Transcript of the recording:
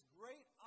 great